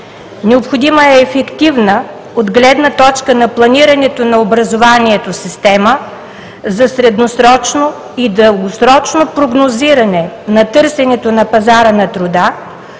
Необходима е ефективна от гледна точка на планирането на образованието система за средносрочно и дългосрочно прогнозиране на търсенето на пазара на труда,